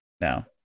now